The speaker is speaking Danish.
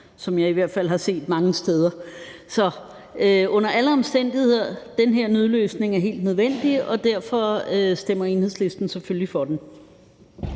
som jeg i hvert fald har set mange steder. Så under alle omstændigheder er den her nødløsning helt nødvendig, og derfor stemmer Enhedslisten selvfølgelig for den.